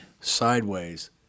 sideways